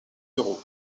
euro